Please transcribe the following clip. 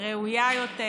ראויה יותר.